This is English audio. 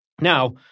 Now